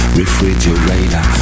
refrigerator